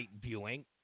viewing